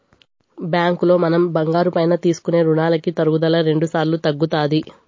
బ్యాంకులో మనం బంగారం పైన తీసుకునే రునాలకి తరుగుదల రెండుసార్లు తగ్గుతాది